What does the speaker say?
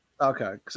okay